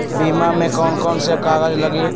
बीमा में कौन कौन से कागज लगी?